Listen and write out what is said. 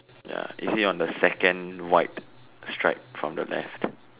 ya is he on the second white stripe from the left